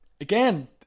again